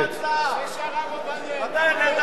תעשה שהרב עובדיה, יואל, אתה העלית הצעה?